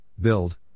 build